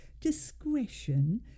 discretion